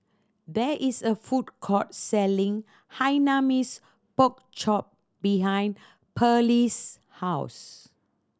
there is a food court selling Hainanese Pork Chop behind Perley's house